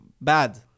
bad